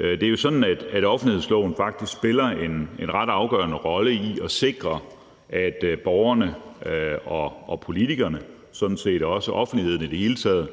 Det er jo sådan, at offentlighedsloven faktisk spiller en ret afgørende rolle i at sikre, at borgerne og politikerne og sådan set også offentligheden i det hele taget